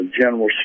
general